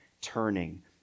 turning